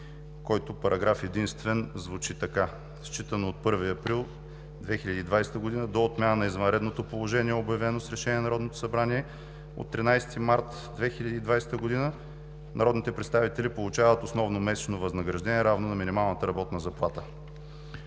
Параграф единствен. Считано от 1 април 2020 г. до отмяна на извънредното положение, обявено с Решение на Народното събрание от 13 март 2020 г., народните представители получават основно месечно възнаграждение равно на минималната работна заплата.“